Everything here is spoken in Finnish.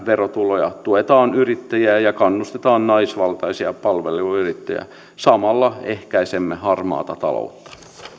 verotuloja tuetaan yrittäjiä ja kannustetaan naisvaltaisia palveluyrittäjiä samalla ehkäisemme harmaata taloutta